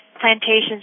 plantations